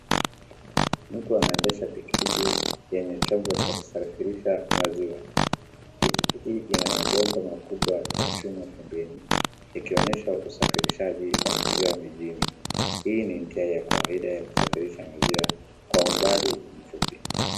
Mtu anaendesha pikipiki yenye chombo cha kusafirisha maziwa. Pikipiki ina mabomba makubwa ya chuma pembeni ikionyesha usafirishaji wa maziwa mijini. Hii ni njia ya kawaida ya kusafirisha maziwa kwa umbali mfupi.